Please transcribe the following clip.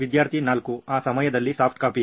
ವಿದ್ಯಾರ್ಥಿ 4 ಆ ಸಮಯದಲ್ಲಿ ಸಾಫ್ಟ್ಕಾಪಿ